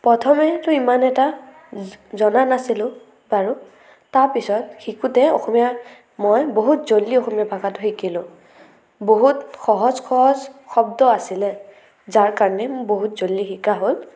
প্ৰথমে ত' ইমান এটা জনা নাছিলো বাৰু তাৰপিছত শিকোতে অসমীয়া মই বহুত জল্দি অসমীয়া ভাষাটো শিকিলোঁ বহুত সহজ সহজ শব্দ আছিলে যাৰ কাৰণে মই বহুত জল্দি শিকা হ'ল